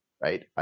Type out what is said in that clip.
right